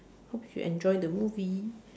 hope you enjoy the movie